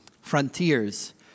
Frontiers